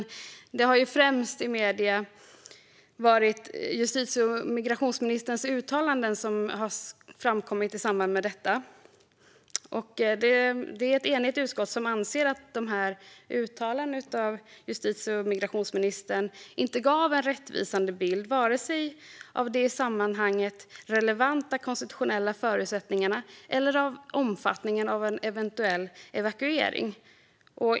I medierna har det främst handlat om justitie och migrationsministerns uttalanden i samband med detta, och ett enigt utskott anser att dessa uttalanden inte gav en rättvisande bild av vare sig de i sammanhanget relevanta konstitutionella förutsättningarna eller omfattningen av en eventuell evakuering.